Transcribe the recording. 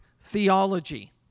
theology